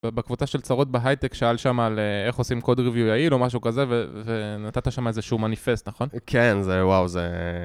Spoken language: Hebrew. בקבוצה של צרות בהייטק שאל שם על איך עושים קוד ריווי יעיל או משהו כזה ונתת שם איזה שהוא מניפסט, נכון? כן זה וואו זה...